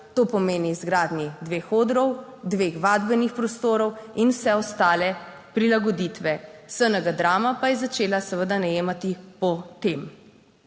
to pomeni izgradnji dveh odrov, dveh vadbenih prostorov in vse ostale prilagoditve. SNG Drama pa je začela seveda najemati po tem.